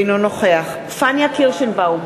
אינו נוכח פניה קירשנבאום,